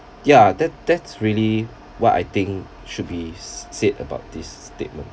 yeah that that's really what I think should be said about this statement